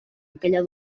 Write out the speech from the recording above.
aquella